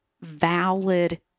valid